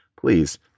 please